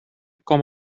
com